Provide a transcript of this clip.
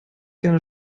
gerne